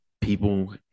people